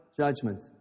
judgment